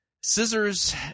scissors